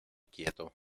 quieto